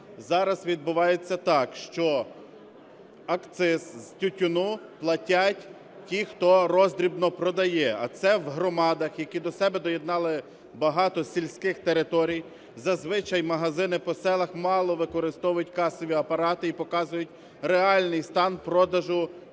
Зараз відбувається так, що акциз з тютюну платять ті, хто роздрібно продає, а це в громадах, які до себе доєднали багато сільських територій, зазвичай магазини по селах мало використовують касові апарати і показують реальний стан продажу тютюну